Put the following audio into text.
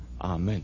amen